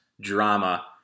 drama